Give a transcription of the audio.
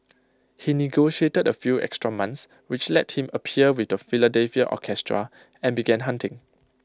he negotiated A few extra months which let him appear with the Philadelphia orchestra and began hunting